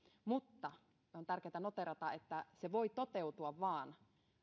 mutta mutta on tärkeätä noteerata että se voi toteutua vain